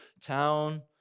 town